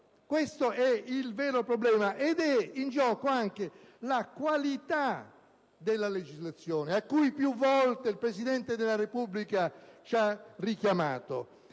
Questo è il vero problema. Ed è in gioco anche la qualità della legislazione, alla quale più volte il Presidente della Repubblica ci ha richiamato.